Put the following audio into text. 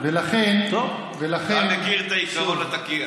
אתה מכיר את עקרון התקיה.